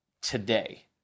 today